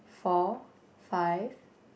four five